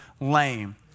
lame